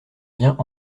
vient